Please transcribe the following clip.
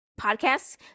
podcasts